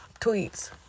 tweets